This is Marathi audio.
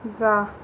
जा